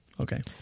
Okay